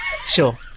Sure